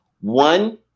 one